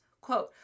quote